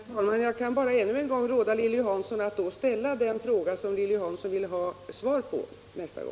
Herr talman! Jag kan bara ännu en gång råda Lilly Hansson att ställa den fråga hon vill ha svar på.